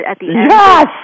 Yes